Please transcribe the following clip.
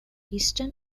eastern